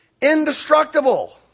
indestructible